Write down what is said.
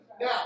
Now